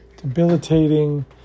debilitating